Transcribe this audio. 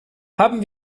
haben